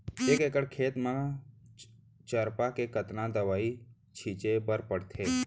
एक एकड़ खेत म चरपा के कतना दवई छिंचे बर पड़थे?